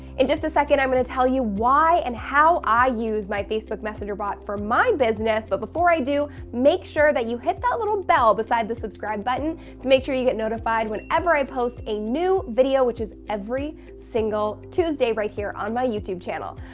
in just a second i'm gonna tell you why and how i use my facebook messenger bot for my business but before i do make sure that you hit that little bell beside the subscribe button to make sure you get notified whenever i post a new video which is every single tuesday right here on my youtube channel.